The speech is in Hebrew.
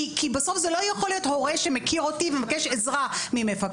כי בסוף זה לא יכול להיות הורה שמכיר אותי ומבקש עזרה ממפקחת,